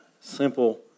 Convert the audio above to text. simple